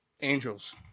Angels